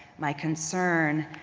my concern,